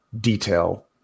detail